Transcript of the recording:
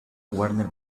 warner